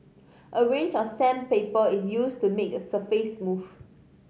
a range of sandpaper is used to make the surface smooth